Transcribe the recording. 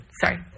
sorry